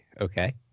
Okay